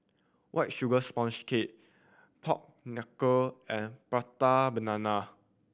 White Sugar Sponge Cake pork knuckle and Prata Banana